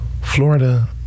Florida